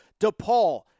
DePaul